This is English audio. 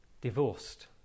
divorced